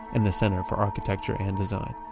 and the center for architecture and design.